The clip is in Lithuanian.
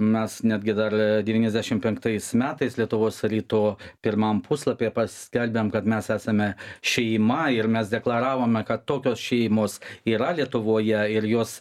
mes netgi dar devyniasdešimt penktais metais lietuvos ryto pirmam puslapyje paskelbėm kad mes esame šeima ir mes deklaravome kad tokios šeimos yra lietuvoje ir jos